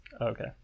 Okay